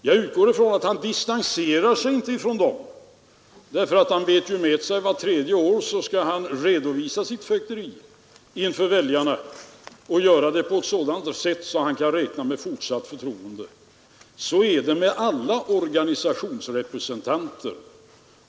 Jag utgår ifrån att han inte distanserar sig från dem därför att han vet ju med sig att han vart tredje år skall redovisa sitt fögderi inför väljarna och göra detta på ett sådant sätt att han kan räkna med fortsatt förtroende. Så är det med alla organisationsrepresentanter.